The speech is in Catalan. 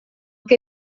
que